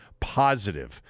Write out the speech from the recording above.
positive